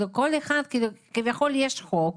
כביכול יש חוק,